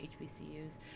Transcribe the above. HBCUs